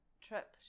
trip